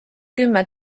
kümme